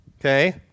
Okay